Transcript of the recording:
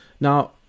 Now